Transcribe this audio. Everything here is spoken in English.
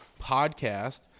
podcast